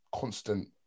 constant